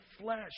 flesh